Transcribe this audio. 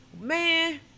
Man